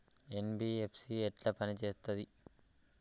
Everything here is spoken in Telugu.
ఎన్.బి.ఎఫ్.సి ఎట్ల పని చేత్తది?